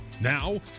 Now